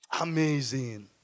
Amazing